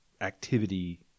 activity